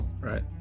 right